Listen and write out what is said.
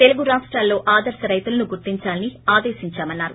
తెలుగు రాష్టాల్లో ఆదర్భ రైతులను గుర్తించాలని ఆదేశించామన్నారు